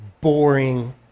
boring